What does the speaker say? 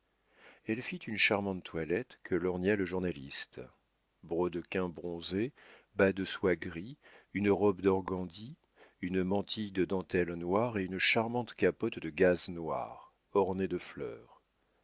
elle fit une charmante toilette que lorgna le journaliste brodequins bronzés bas de soie gris une robe d'organdi une mantille de dentelle noire et une charmante capote de gaze noire ornée de fleurs